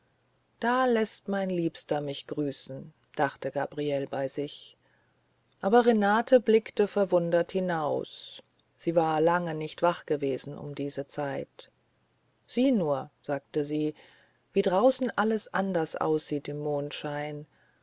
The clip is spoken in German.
da läßt mein liebster mich grüßen dachte gabriele bei sich aber renate blickte verwundert hinaus sie war lange nicht wach gewesen um diese zeit sieh nur sagte sie wie draußen alles anders aussieht im mondschein